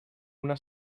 una